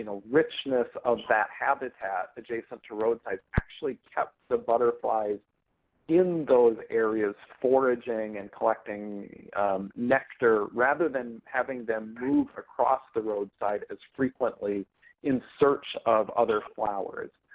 you know richness of that habitat adjacent to roadsides actually kept the butterflies in those areas foraging and collecting nectar rather than having them move across the roadside as frequently in search of other flowers.